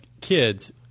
kids